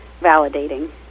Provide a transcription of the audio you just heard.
validating